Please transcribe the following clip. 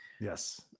yes